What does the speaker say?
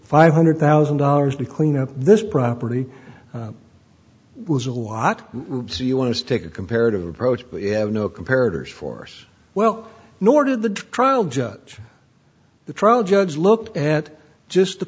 five hundred thousand dollars to clean up this property was a lot so you want to take a comparative approach but you have no comparatives force well nor did the trial judge the trial judge looked at just the